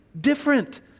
different